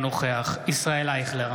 אינו נוכח ישראל אייכלר,